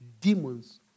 demons